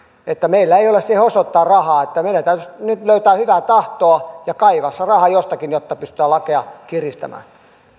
että meillä ei ole siihen osoittaa rahaa meidän täytyisi nyt löytää hyvää tahtoa ja kaivaa se raha jostakin jotta pystytään lakeja kiristämään